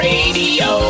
Radio